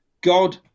God